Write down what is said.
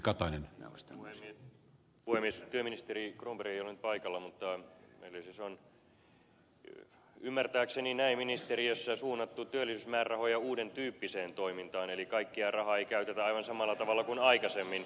työministeri cronberg ei ole nyt paikalla mutta meillä siis on ymmärtääkseni ministeriössä suunnattu työllisyysmäärärahoja uuden tyyppiseen toimintaan eli kaikkea rahaa ei käytetä aivan samalla tavalla kuin aikaisemmin